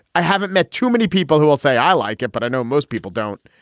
i haven't met too many people who will say i like it but i know most people don't.